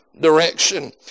direction